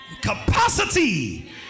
capacity